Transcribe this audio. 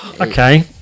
okay